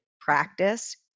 practice